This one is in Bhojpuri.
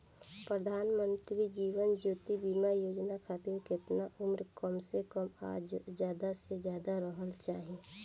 प्रधानमंत्री जीवन ज्योती बीमा योजना खातिर केतना उम्र कम से कम आ ज्यादा से ज्यादा रहल चाहि?